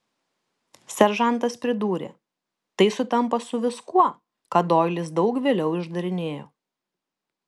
seržantas pridūrė tai sutampa su viskuo ką doilis daug vėliau išdarinėjo